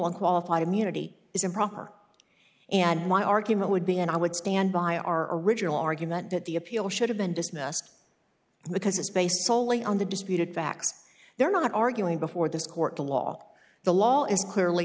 on qualified immunity is improper and my argument would be and i would stand by our original argument that the appeal should have been dismissed because it's based solely on the disputed facts they're not arguing before this court the law the law is clearly